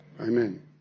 Amen